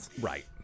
right